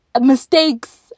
mistakes